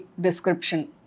description